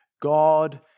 God